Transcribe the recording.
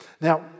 Now